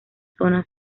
zona